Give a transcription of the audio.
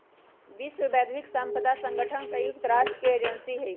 विश्व बौद्धिक साम्पदा संगठन संयुक्त राष्ट्र के एजेंसी हई